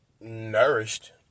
nourished